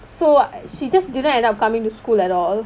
so she just didn't end up coming to school at all